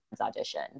audition